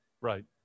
Right